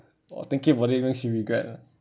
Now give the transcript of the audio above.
!wah! thinking about it means regret lah